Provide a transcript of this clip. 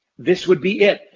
this would be it.